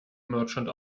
merchant